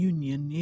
Union